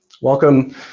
welcome